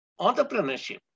entrepreneurship